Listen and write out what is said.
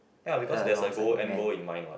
ya because there's a goal aim goal in mind what